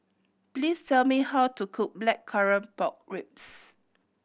please tell me how to cook Blackcurrant Pork Ribs